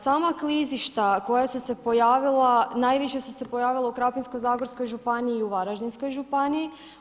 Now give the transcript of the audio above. Sama klizišta koja su se pojavila najviše su se pojavila u Krapinsko-zagorskoj županiji i u Varaždinskoj županiji.